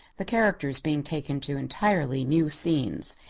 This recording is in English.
the characters being taken to entirely new scenes.